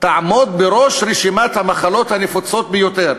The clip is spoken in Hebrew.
תעמוד בראש רשימת המחלות הנפוצות ביותר,